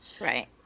Right